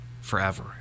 forever